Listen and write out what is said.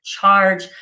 charge